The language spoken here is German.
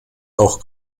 auch